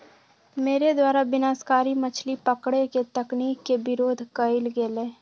मेरे द्वारा विनाशकारी मछली पकड़े के तकनीक के विरोध कइल गेलय